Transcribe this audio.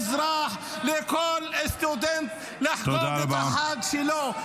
-- של כל אזרח, של כל סטודנט לחגוג את החג שלו.